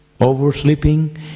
Oversleeping